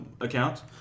account